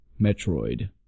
Metroid